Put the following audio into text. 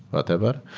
whatever.